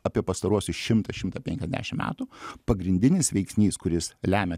apie pastaruosius šimtą šimtą penkiasdešim metų pagrindinis veiksnys kuris lemia